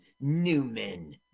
Newman